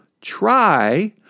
try